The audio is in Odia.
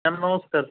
ସାର୍ ନମସ୍କାର